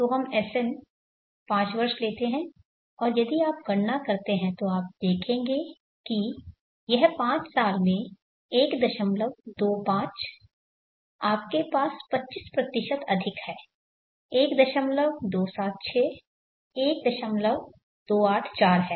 तो हम Sn 5 वर्ष लेते हैं और यदि आप गणना करते हैं तो आप देखेंगे कि यह पांच साल में 125 आपके पास 25 अधिक है 1276 1284 है